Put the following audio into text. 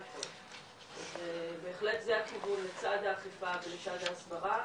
אז בהחלט זה הכיוון לצד האכיפה ולצד ההסברה,